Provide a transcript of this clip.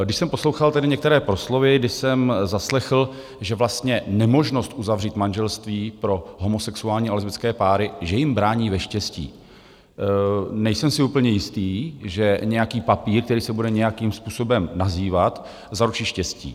Když jsem poslouchal tady některé proslovy, když jsem zaslechl, že vlastně nemožnost uzavřít manželství pro homosexuální a lesbické páry, že jim brání ve štěstí nejsem si úplně jistý, že nějaký papír, který se bude nějakým způsobem nazývat, zaručí štěstí.